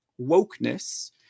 wokeness